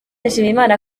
nshimyimana